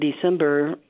December